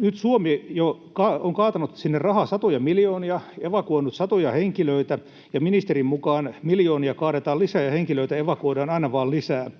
Nyt Suomi on kaatanut sinne rahaa satoja miljoonia, evakuoinut satoja henkilöitä, ja ministerin mukaan miljoonia kaadetaan lisää ja henkilöitä evakuoidaan aina vain lisää.